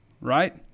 right